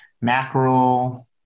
mackerel